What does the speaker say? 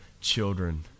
children